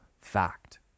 fact